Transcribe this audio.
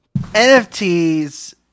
NFTs